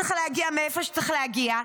צריך להגיע מאיפה שצריך להגיע,